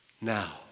now